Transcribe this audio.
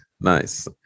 Nice